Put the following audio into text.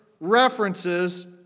References